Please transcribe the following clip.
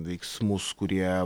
veiksmus kurie